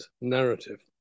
narrative